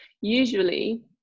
usually